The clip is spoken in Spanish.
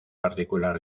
particular